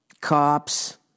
cops